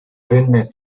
venne